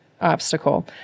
obstacle